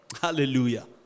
Hallelujah